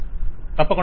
client తప్పకుండా